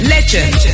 Legend